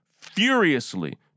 furiously